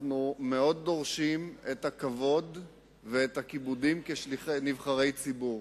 אנחנו מאוד דורשים את הכבוד ואת הכיבודים כנבחרי ציבור.